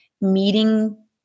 meeting